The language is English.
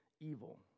evil